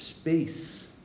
space